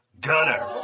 Gunner